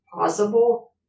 possible